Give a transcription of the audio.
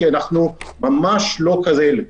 -- כי אנחנו ממש לא כאלה.